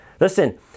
listen